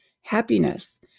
happiness